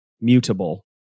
mutable